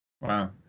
Wow